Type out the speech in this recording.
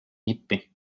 nippi